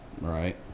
Right